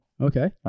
Okay